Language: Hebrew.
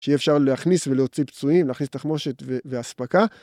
שיהיה אפשר להכניס ולהוציא פצועים, להכניס תחמושת והספקה.